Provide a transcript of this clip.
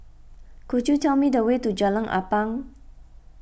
could you tell me the way to Jalan Ampang